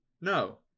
No